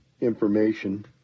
information